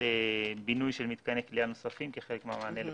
בינוי של מתקני כליאה נוספים כחלק מהמענה לבג"צ.